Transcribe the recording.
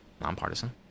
nonpartisan